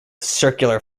circular